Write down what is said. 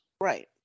Right